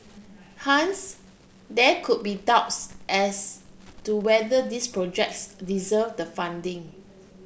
hence there could be doubts as to whether these projects deserved the funding